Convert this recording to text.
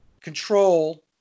control